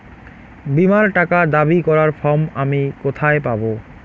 বীমার টাকা দাবি করার ফর্ম আমি কোথায় পাব?